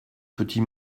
petit